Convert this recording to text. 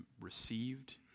received